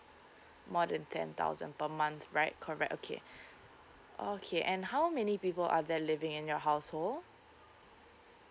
more than ten thousand per month right correct okay okay and how many people are there living in your household